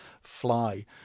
fly